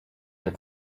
that